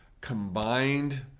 combined